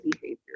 behavior